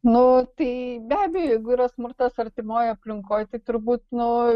nu tai be abejo jeigu yra smurtas artimoj aplinkoj tik turbūt nu